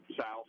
south